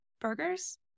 Burgers